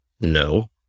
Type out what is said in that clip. no